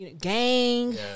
gang